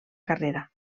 carrera